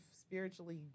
spiritually